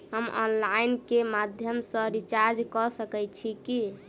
हम ऑनलाइन केँ माध्यम सँ रिचार्ज कऽ सकैत छी की?